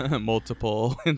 Multiple